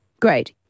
Great